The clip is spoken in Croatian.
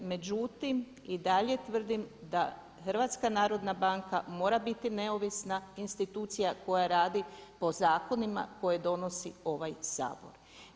Međutim i dalje tvrdim da HNB mora biti neovisna institucija koja radi po zakonima koje donosi ovaj Sabor.